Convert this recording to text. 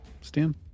Stan